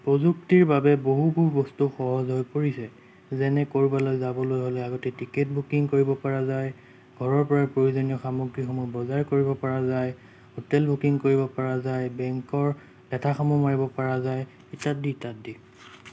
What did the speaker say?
প্ৰযুক্তিৰ বাবে বহুবোৰ বস্তু সহজ হৈ পৰিছে যেনে ক'ৰবালৈ যাবলৈ হ'লে আগতে টিকেট বুকিং কৰিব পৰা যায় ঘৰৰ পৰা প্ৰয়োজনীয় সামগ্ৰীসমূহ বজাৰ কৰিব পৰা যায় হোটেল বুকিং কৰিব পৰা যায় বেংকৰ লেঠাসমূহ মাৰিব পৰা যায় ইত্যাদি ইত্যাদি